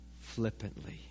flippantly